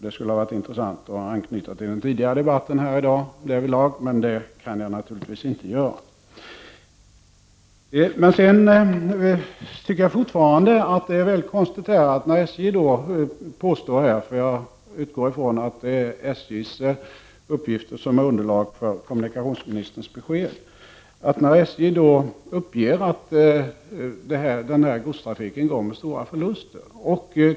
Det skulle ha varit intressant att härvidlag anknyta till den tidigare debatten här i dag, men det kan jag naturligtvis inte göra. Jag tycker fortfarande att det är mycket konstigt att SJ påstår — jag utgår från att det är SJ:s uppgifter som är underlag för kommunikationsministerns besked — att den här godstrafiken går med stora förluster.